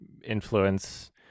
influence